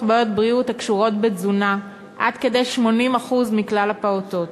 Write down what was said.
בעיות בריאות הקשורות בתזונה עד כדי 80% מכלל הפעוטות.